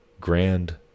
grand